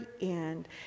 end